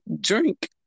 drink